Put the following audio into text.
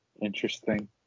Interesting